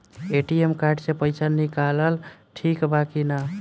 ATM card से पईसा निकालल ठीक बा की ना?